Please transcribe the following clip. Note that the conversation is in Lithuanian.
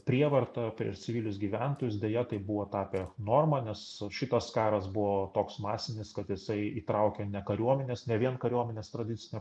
prievarta prieš civilius gyventojus deja tai buvo tapę norma nes šitas karas buvo toks masinis kad jisai įtraukė ne kariuomenes ne vien kariuomenes tradicine